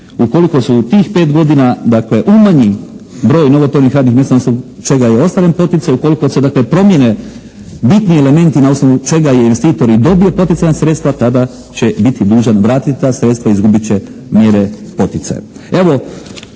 ukoliko se u tih 5 godina, dakle, umanji broj novo otvorenih radnih mjesta na osnovu čega je ostvaren poticaj, ukoliko se dakle promjene bitni elementi na osnovu čega je investitor i dobio poticajna sredstva, tada će biti dužan vratiti ta sredstva i izgubit će mjere poticaja.